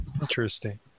Interesting